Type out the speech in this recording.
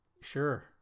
Sure